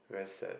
very sad